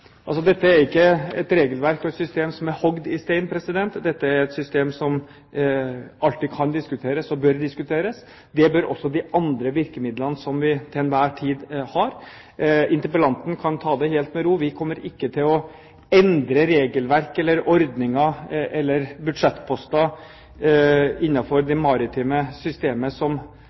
Dette er ikke et regelverk og et system som er hogget i stein. Dette er et system som alltid kan diskuteres og bør diskuteres, og det bør også de andre virkemidlene som vi til enhver tid har. Interpellanten kan ta det helt med ro, vi kommer ikke til å endre regelverk, ordninger eller budsjettposter innenfor det maritime systemet som